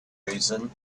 reason